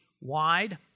wide